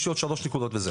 יש לי עוד שלוש נקודות וזהו.